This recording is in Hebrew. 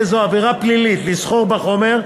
תהא זו עבירה פלילית לסחור בחומר.